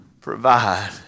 provide